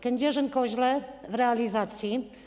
Kędzierzyn-Koźle - w realizacji.